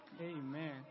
Amen